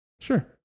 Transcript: Sure